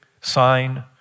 sign